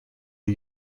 are